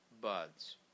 buds